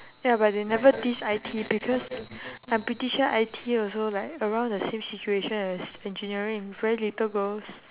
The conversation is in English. ya but they never diss I_T because I'm pretty sure I_T also like around the same situation as engineering very little girls